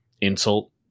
insult